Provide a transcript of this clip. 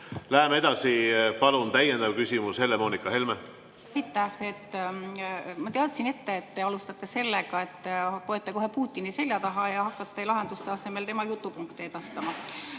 Läheme edasi. Palun, täiendav küsimus, Helle-Moonika Helme! Aitäh! Ma teadsin, et te alustate sellega, et poete kohe Putini selja taha ja hakkate lahenduste asemel tema jutupunkte edastama.